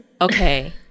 okay